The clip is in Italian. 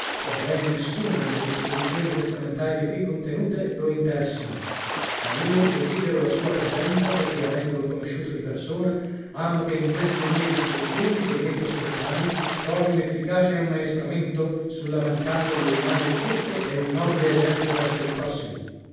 sebbene nessuna delle disposizioni testamentarie qui contenute lo interessino ma io desidero la sua presenza perché avendolo conosciuto di persona amo che in queste mie disposizioni il giovinetto stoppani trovi un efficace ammaestramento sulla vanità delle umane ricchezze e un nobile esempio verso il prossimo